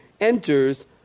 enters